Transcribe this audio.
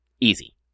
easy